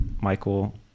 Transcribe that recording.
Michael